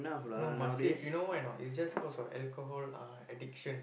no must save you know why not is just cause of alcohol addiction